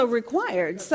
required